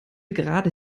gerade